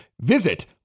Visit